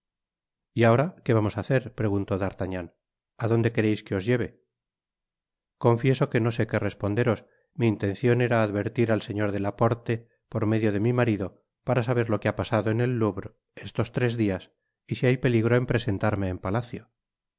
y ahora qué vamos á hacer preguntó d'artagnan á donde quereis que os lleve confieso que uo sé que responderos mi intencion era advertir al señor de laporte por medio de mi marido para saber lo que ha pasado en el louvre estos tres dias y si hay peligro en presentarme en palacio